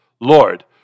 Lord